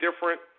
different